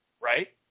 Right